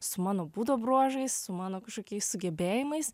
su mano būdo bruožais su mano kažkokiais sugebėjimais